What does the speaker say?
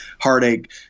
heartache